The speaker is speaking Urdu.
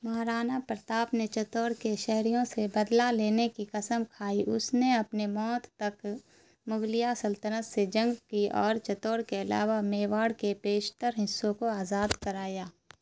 مہارانا پرتاپ نے چتوڑ کے شہریوں سے بدلہ لینے کی قسم کھائی اس نے اپنی موت تک مغلیہ سلطنت سے جنگ کی اور چتوڑ کے علاوہ میواڑ کے پیشتر حصوں کو آزاد کرایا